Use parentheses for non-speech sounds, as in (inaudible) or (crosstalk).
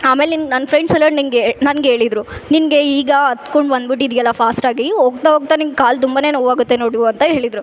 ಆಮೇಲೆ ನಿನ್ ನನ್ನ ಫ್ರೆಂಡ್ಸ್ (unintelligible) ನಿನಗೆ ನನ್ಗೆ ಹೇಳಿದ್ರು ನಿನಗೆ ಈಗ ಹತ್ತ್ಕೊಂಡು ಬಂದ್ಬುಟಿದ್ಯಾಲ್ಲ ಫಾಸ್ಟಾಗಿ ಹೋಗ್ತಾ ಹೋಗ್ತಾ ನಿಂಗೆ ಕಾಲು ತುಂಬಾನೆ ನೋವು ಆಗತ್ತೆ ನೋಡು ಅಂತ ಹೇಳಿದರು